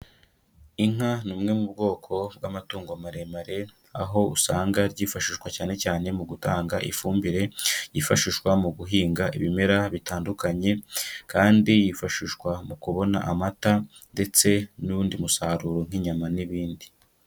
Inka n'imwe mu bwoko bw'amatungo maremare, aho usanga ryifashishwa cyane cyane mu gutanga ifumbire, yifashishwa mu guhinga ibimera bitandukanye, kandi yifashishwa mu kubona amata, ndetse n'undi musaruro nk'inyama n'ibindi.